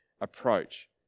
approach